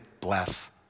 bless